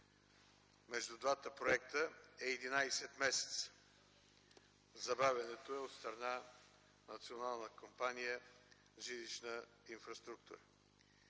между двата проекта, е 11 месеца. Забавянето е от страна на Национална кампания „Железопътна инфраструктура”.